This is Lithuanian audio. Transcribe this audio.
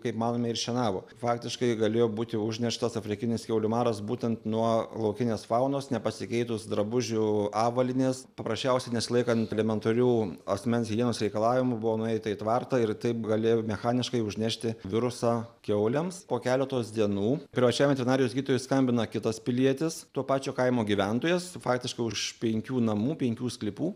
kaip manome ir šienavo faktiškai galėjo būti užneštas afrikinis kiaulių maras būtent nuo laukinės faunos nepasikeitus drabužių avalynės paprasčiausiai nesilaikant elementarių asmens higienos reikalavimų buvo nueita į tvartą ir taip galėjo mechaniškai užnešti virusą kiaulėms po keletos dienų privačiam veterinarijos gydytojui skambina kitas pilietis to pačio kaimo gyventojas faktiškai už penkių namų penkių sklypų